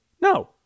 No